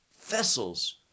vessels